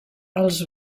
els